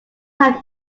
have